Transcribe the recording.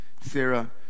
Sarah